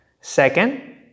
Second